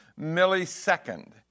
millisecond